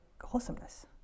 wholesomeness